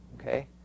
okay